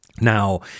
Now